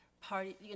party